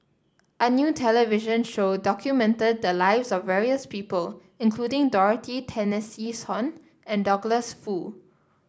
a new television show documented the lives of various people including Dorothy and Douglas Foo